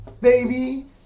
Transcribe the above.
baby